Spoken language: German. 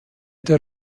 der